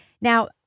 Now